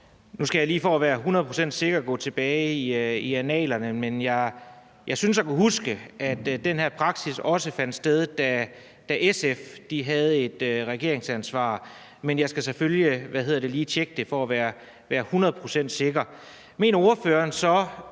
i annalerne for at være hundrede procent sikker, men jeg synes at kunne huske, at den her praksis også blev udøvet, da SF havde et regeringsansvar. Men jeg skal selvfølgelig lige tjekke det for at være hundrede procent sikker. Mener ordføreren så,